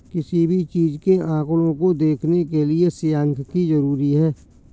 किसी भी चीज के आंकडों को देखने के लिये सांख्यिकी जरूरी हैं